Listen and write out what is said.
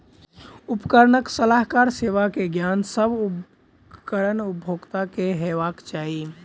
उपकरणक सलाहकार सेवा के ज्ञान, सभ उपकरण उपभोगता के हेबाक चाही